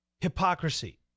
hypocrisy